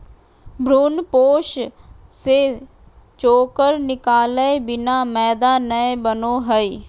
भ्रूणपोष से चोकर निकालय बिना मैदा नय बनो हइ